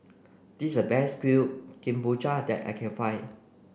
this is a best Kuih Kemboja that I can find